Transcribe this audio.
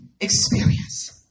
experience